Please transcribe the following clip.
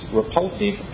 repulsive